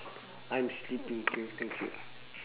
I'm sleeping K thank you